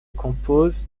compose